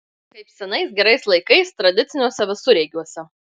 kaip senais gerais laikais tradiciniuose visureigiuose